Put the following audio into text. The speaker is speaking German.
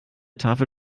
tafel